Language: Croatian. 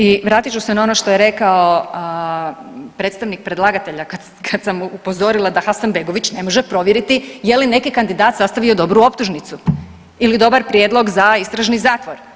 I vratit ću se na ono što je rekao predstavnik predlagatelja kad sam upozorila da Hasanbegović ne može provjeriti je li neki kandidat sastavio dobru optužnicu ili dobar prijedlog za istražni zatvor.